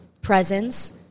presence